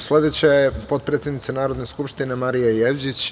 Sledeća je potpredsednica Narodne skupštine Marija Jevđić.